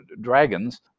dragons